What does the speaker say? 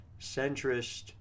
centrist